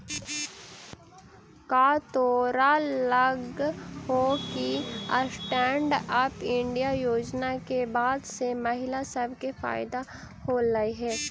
का तोरा लग हो कि स्टैन्ड अप इंडिया योजना के बाद से महिला सब के फयदा होलई हे?